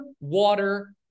water